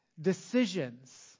decisions